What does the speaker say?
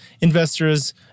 investors